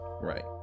right